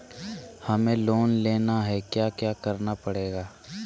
हमें लोन लेना है क्या क्या करना पड़ेगा?